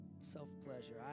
Self-pleasure